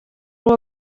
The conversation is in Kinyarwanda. uwo